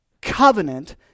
covenant